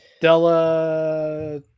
Della –